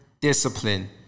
discipline